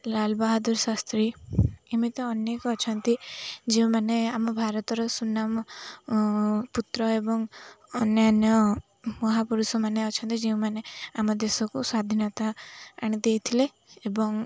ଲାଲ ବାହାଦୁର ଶାସ୍ତ୍ରୀ ଏମିତି ଅନେକ ଅଛନ୍ତି ଯେଉଁମାନେ ଆମ ଭାରତର ସୁନାମ ପୁତ୍ର ଏବଂ ଅନ୍ୟାନ୍ୟ ମହାପୁରୁଷମାନେ ଅଛନ୍ତି ଯେଉଁମାନେ ଆମ ଦେଶକୁ ସ୍ଵାଧୀନତା ଆଣି ଦେଇଥିଲେ ଏବଂ